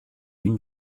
une